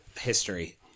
history